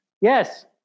Yes